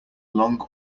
long